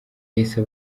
yahise